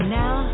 now